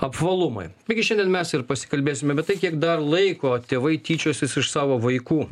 apvalumai taigi šiandien mes ir pasikalbėsime apie tai kiek dar laiko tėvai tyčiosis iš savo vaikų